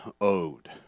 owed